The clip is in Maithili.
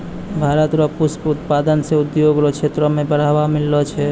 भारत रो पुष्प उत्पादन से उद्योग रो क्षेत्र मे बढ़ावा मिललो छै